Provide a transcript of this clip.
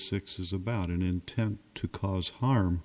six is about an intent to cause harm